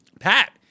Pat